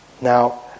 Now